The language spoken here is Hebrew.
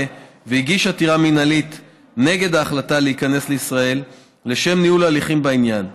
והגיש עתירה מינהלית נגד ההחלטה להיכנס לישראל לשם ניהול ההליכים בעניין,